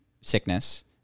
sickness